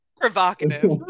Provocative